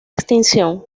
extinción